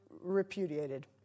repudiated